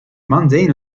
mundane